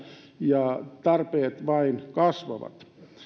ja missä tarpeet vain kasvavat